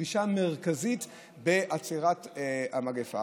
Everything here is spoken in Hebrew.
דרישה מרכזית לעצירת המגפה.